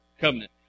covenant